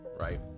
Right